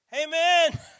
Amen